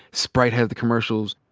sprite has the commercials.